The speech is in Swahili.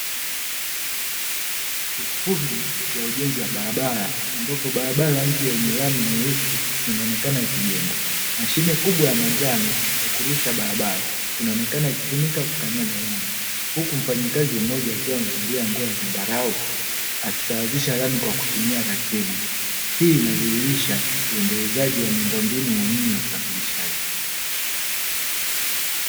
Shughuli ya ujenzi wa barabara ambapo barabara mpya yenye Lami nyeusi inaonekana ikijegwa, mashine kubwa ya manjano kurusha barabara inaonekana ikitumia kukanyaga lami huku mfanyakazi mmoja akionekana kuvalia nguo ya zambarau, akisawazisha lami kwa kutumia rakiebo. Hii inadhihirisha uendelezaji wa miundo mbinu muhimu ya usafirishaji.